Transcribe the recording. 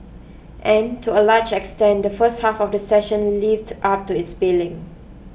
and to a large extent the first half of the session lived up to its billing